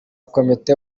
komite